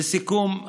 לסיכום,